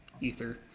ether